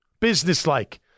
business-like